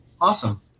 Awesome